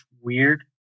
weird